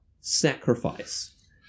sacrifice